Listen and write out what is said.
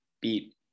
beat